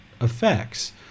effects